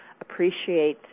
appreciate